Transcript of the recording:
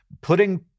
putting